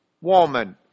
woman